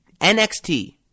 NXT